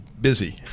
busy